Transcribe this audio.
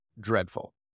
dreadful